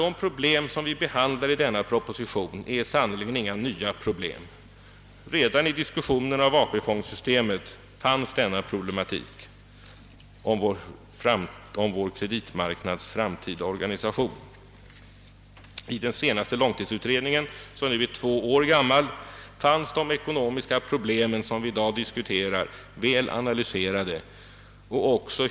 De problem som behandlas i denna proposition är sannerligen inte nya. Redan i diskussionen om ATP-fondsystemet återfanns denna problematik om vår kreditmarknads framtida organisation. I den senaste långtidsutredningen, som nu är två år gammal, var de ekonomiska problem som vi i dag diskuterar väl analyserade.